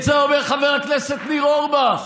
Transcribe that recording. את זה אומר חבר הכנסת ניר אורבך,